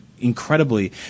incredibly